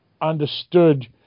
understood